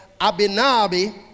Abinabi